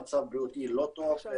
המצב הבריאותי לא טוב,